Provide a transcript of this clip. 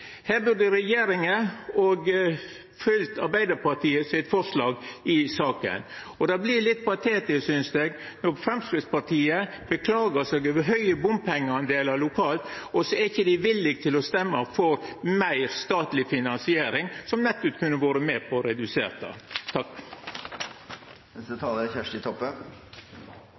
Her burde regjeringa følgt Arbeidarpartiet sitt forslag i saka. Eg synest det blir litt patetisk når Framstegspartiet beklagar seg over høge bompengar lokalt, når dei ikkje er villige til å stemme for meir statleg finansiering, som nettopp kunne vore med på å